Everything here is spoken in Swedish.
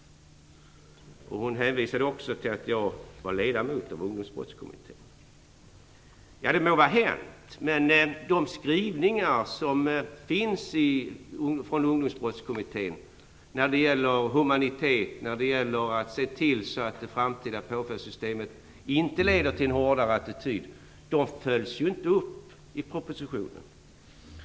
Hon hänvisade också till att jag var ledamot av Ungdomsbrottskommittén. Ja, det må vara hänt. Men skrivningarna från Ungdomsbrottskommittén när det gäller humanitet och när det gäller att se till att det framtida påföljdssystemet inte leder till en hårdare attityd följs ju inte upp i propositionen.